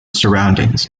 surroundings